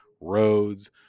roads